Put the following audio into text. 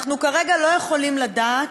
אנחנו כרגע לא יכולים לדעת,